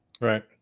right